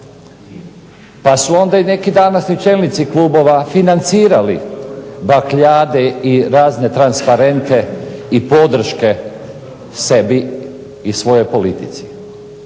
Pa su onda i neki današnji čelnici klubova financirali bakljade i razne transparente i podrške sebi i svojoj politici.